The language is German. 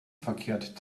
verkehrt